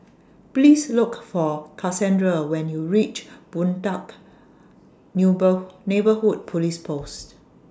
Please Look For Kassandra when YOU REACH Boon Teck New berg Neighbourhood Police Post